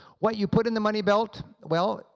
what you put in the money belt? well,